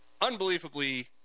unbelievably